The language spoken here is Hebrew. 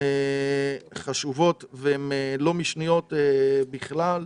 ולא משניות בכלל,